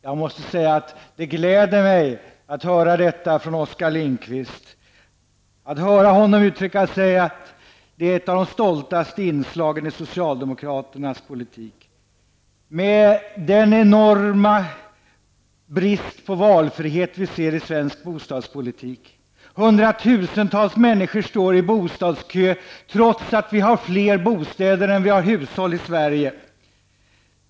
Jag måste säga att det gläder mig att höra detta från Oskar Lindkvist, att höra honom säga att bostadspolitiken är ett av de stoltaste inslagen i socialdemokraternas politik, med den enorma brist på valfrihet vi ser på den svenska bostadsmarknaden. Hundratusentals människor står i bostadskö, trots att vi har fler bostäder än vi har hushåll i Sverige.